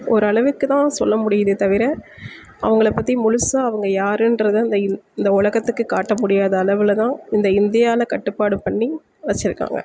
ஓரளவுக்குதான் சொல்ல முடியிதே தவிர அவங்கள பற்றி முழுசாக அவங்க யாருன்றதை இந்த இந் இந்த உலகத்துக்கு காட்ட முடியாத அளவிலதான் இந்த இந்தியாவில கட்டுப்பாடு பண்ணி வச்சி இருக்காங்க